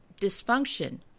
dysfunction